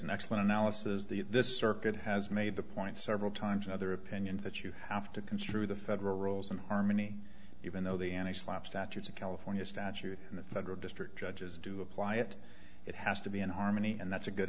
an excellent analysis the this circuit has made the point several times other opinions that you have to construe the federal rules in harmony even though the and i slap statutes of california statute in the federal district judges do apply it it has to be in harmony and that's a good